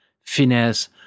finesse